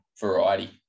variety